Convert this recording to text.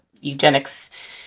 eugenics